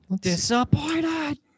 Disappointed